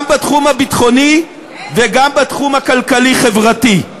גם בתחום הביטחוני וגם בתחום הכלכלי-חברתי.